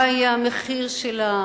מה יהיה המחיר שלה,